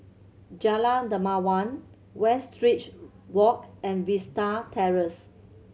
Jalan Dermawan Westridge Walk and Vista Terrace